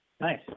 Nice